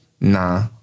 nah